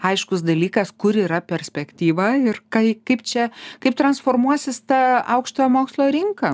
aiškus dalykas kur yra perspektyva ir kai kaip čia kaip transformuosis ta aukštojo mokslo rinka